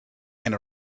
and